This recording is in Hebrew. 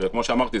שכמו שאמרתי,